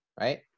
right